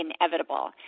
inevitable